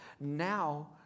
Now